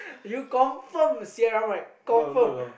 you confirm Sierra mic confirm